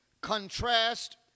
contrast